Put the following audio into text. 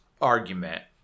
argument